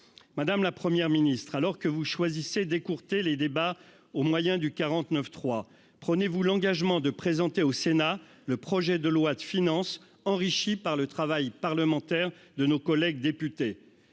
Madame la première ministre alors que vous choisissez d'écourter les débats au moyen du 49 3, prenez vous l'engagement de présenter au Sénat le projet de loi de finances, enrichi par le travail parlementaire de nos collègues députés,